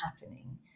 happening